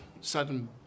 sudden